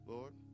Lord